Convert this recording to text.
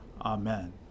Amen